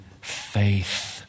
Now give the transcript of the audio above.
faith